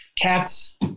cats